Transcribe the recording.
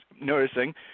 noticing